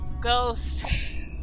ghost